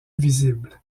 visibles